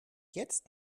jetzt